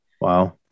Wow